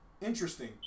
Interesting